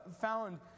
found